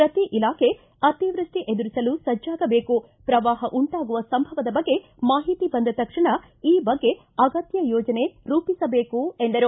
ಪ್ರತೀ ಇಲಾಖೆ ಅತೀವೃಷ್ಟಿ ಎದುರಿಸಲು ಸಜ್ಣಾಗಬೇಕು ಶ್ರವಾಹ ಉಂಟಾಗುವ ಸಂಭವದ ಬಗ್ಗೆ ಮಾಹಿತಿ ಬಂದ ತಕ್ಷಣ ಈ ಬಗ್ಗೆ ಅಗತ್ಯ ಯೋಜನೆ ರೂಪಿಸಬೇಕು ಎಂದರು